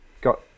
got